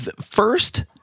first